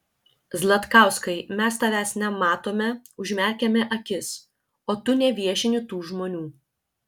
zlatkauskai mes tavęs nematome užmerkiame akis o tu neviešini tų žmonių